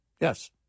Yes